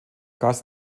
gast